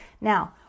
now